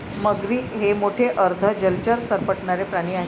मगरी हे मोठे अर्ध जलचर सरपटणारे प्राणी आहेत